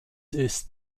ist